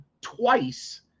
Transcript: twice